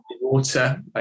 water